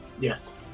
yes